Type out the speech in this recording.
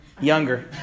younger